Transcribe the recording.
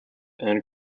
end